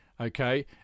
Okay